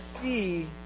see